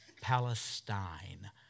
Palestine